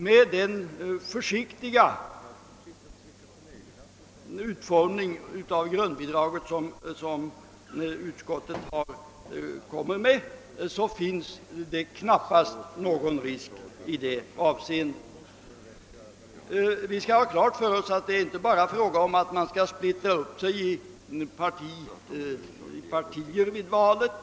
Med den försiktiga utformning av grundbidraget som utskottet föreslagit finns det enligt min mening knappast någon risk i detta avseende. Vi skall ha klart för oss att det inte bara är fråga om att splittra upp sig i partier vid valet.